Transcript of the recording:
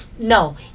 no